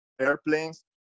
airplanes